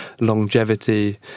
longevity